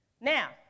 Now